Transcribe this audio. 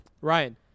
Ryan